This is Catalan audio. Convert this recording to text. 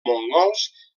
mongols